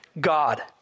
God